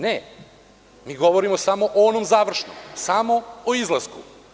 Ne, mi govorimo samo o onom završnom, samo izlasku.